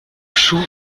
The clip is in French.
chou